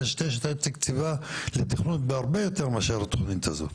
שתקצבה לתכנון בהרבה יותר מאשר התכנית הזאת.